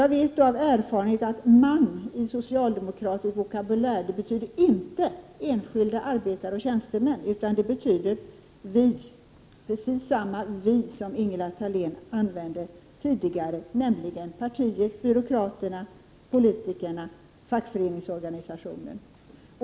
Jag vet av erfarenhet att ”man” i socialdemokratisk vokabulär inte betyder enskilda arbetare och tjänstemän utan ”vi”, precis samma ”vi” som Ingela Thalén använde tidigare, nämligen partiet, byråkraterna, politikerna och fackföreningsorganisationen.